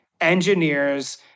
engineers